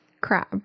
crab